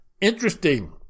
Interesting